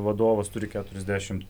vadovas turi keturiasdešimt